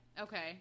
Okay